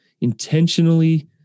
intentionally